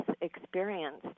experienced